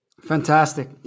Fantastic